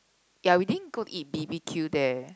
ya we didn't go to eat B_B_Q there